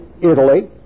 Italy